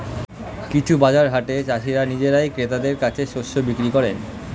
কিছু বাজার হাটে চাষীরা নিজেরাই ক্রেতাদের কাছে শস্য বিক্রি করেন